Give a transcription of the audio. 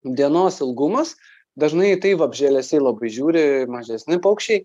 dienos ilgumas dažnai į tai vabzdžialesiai labai žiūri mažesni paukščiai